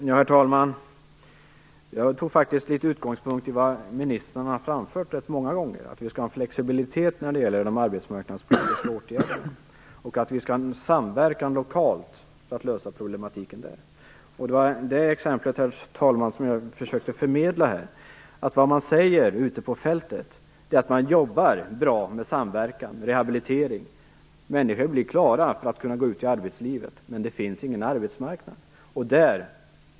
Herr talman! Min utgångspunkt är vad ministern har framfört rätt många gånger: Vi skall ha en flexibilitet när det gäller de arbetsmarknadspolitiska åtgärderna, och vi skall ha samverkan lokalt för att lösa problematiken där. Det var det exemplet, herr talman, som jag försökte förmedla här. Det man säger ute på fältet är att man jobbar bra med samverkan och rehabilitering. Människor blir klara för att kunna gå ut i arbetslivet, men det finns ingen arbetsmarknad.